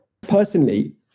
Personally